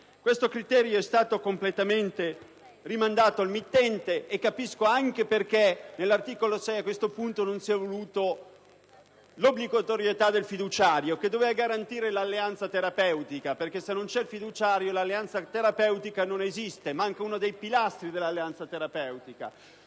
Questo criterio è stato completamente rimandato al mittente e capisco anche perché nell'articolo 6, a questo punto, non si è voluta l'obbligatorietà del fiduciario, che doveva garantire l'alleanza terapeutica. Infatti, se non c'è il fiduciario, l'alleanza terapeutica non esiste, manca uno dei pilastri dell'alleanza terapeutica.